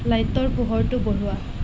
লাইটৰ পোহৰটো বঢ়োৱা